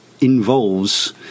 involves